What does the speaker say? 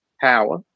power